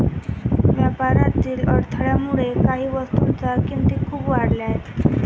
व्यापारातील अडथळ्यामुळे काही वस्तूंच्या किमती खूप वाढल्या आहेत